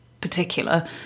particular